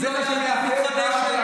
ציונות אם לא יהדות מתחדשת?